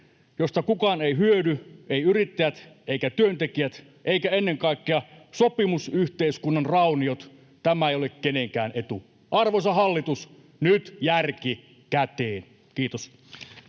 hyödy kukaan — eivät yrittäjät eivätkä työntekijät, eivätkä ennen kaikkea sopimusyhteiskunnan rauniot. Tämä ei ole kenenkään etu. Arvoisa hallitus, nyt järki käteen. — Kiitos.